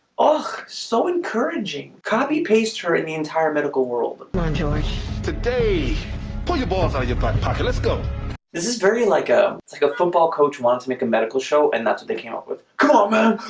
ah so encouraging copy paste her in the entire medical world non-jewish today put your balls on your butt pocket. let's go this is very like a like a football coach wants to make a medical show and that's what they came out with. come